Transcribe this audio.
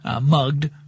mugged